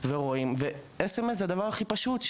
זה תזכורת בהודעת SMS. זה הדבר הכי פשוט,